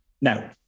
Now